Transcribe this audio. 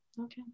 Okay